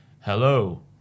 hello